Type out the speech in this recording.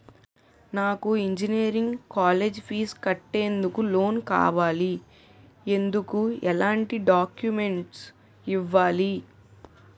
నాకు engineering college fee కట్టేందుకు loan కావాలి, ఎందుకు ఎలాంటి డాక్యుమెంట్స్ ఇవ్వాలి?